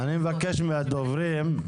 אני מבקש מהדוברים,